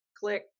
click